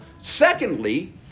Secondly